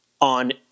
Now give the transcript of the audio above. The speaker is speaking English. on